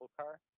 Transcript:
car